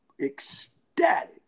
ecstatic